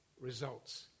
results